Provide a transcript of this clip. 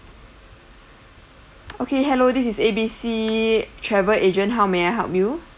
okay hello this is A_B_C travel agent how may I help you